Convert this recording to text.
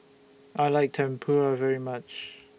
I like Tempura very much